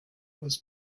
was